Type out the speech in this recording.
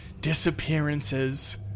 disappearances